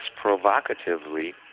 provocatively